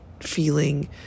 feeling